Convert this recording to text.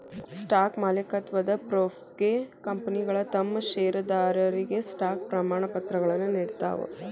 stock ಮಾಲೇಕತ್ವದ ಪ್ರೂಫ್ಗೆ ಕಂಪನಿಗಳ ತಮ್ ಷೇರದಾರರಿಗೆ ಸ್ಟಾಕ್ ಪ್ರಮಾಣಪತ್ರಗಳನ್ನ ನೇಡ್ತಾವ